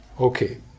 Okay